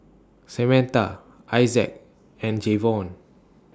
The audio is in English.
Samatha Isaac and Jevon